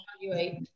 evaluate